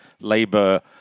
Labour